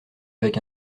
avec